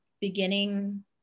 beginning